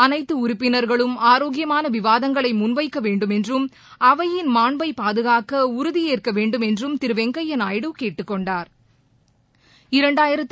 அனைத்து உறுப்பினர்களும் ஆரோக்கியமான விவாதங்களை முன்வைக்க வேண்டுமென்றும் அவையின் மாண்பை பாதுகாக்க உறுதியேற்க வேண்டுமென்றும் திரு வெங்கையா நாயுடு கேட்டுக் கொண்டாா்